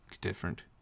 different